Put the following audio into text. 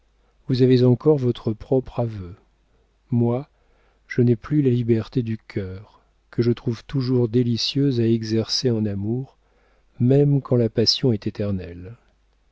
vous avez encore votre propre aveu moi je n'ai plus la liberté du cœur que je trouve toujours délicieuse à exercer en amour même quand la passion est éternelle